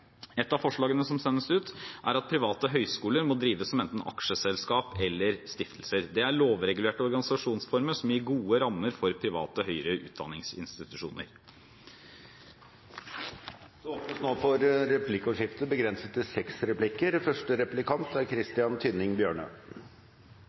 Et av forslagene som sendes ut, er at private høyskoler må drives enten som aksjeselskap eller som stiftelser. Det er lovregulerte organisasjonsformer som gir gode rammer for private høyere utdanningsinstitusjoner. Det blir replikkordskifte. De aller fleste privatskoletilbydere er skikkelige og